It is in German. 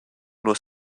nur